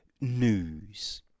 news